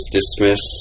dismiss